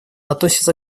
относится